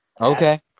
okay